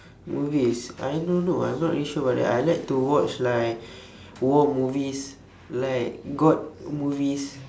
movies I don't know ah I'm not really sure about that I like to watch like war movies like god movies